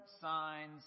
signs